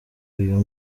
uyu